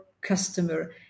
customer